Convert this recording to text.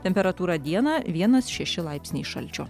temperatūra dieną vienas šeši laipsniai šalčio